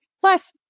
plus